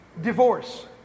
divorce